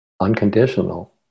unconditional